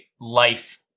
life